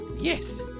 Yes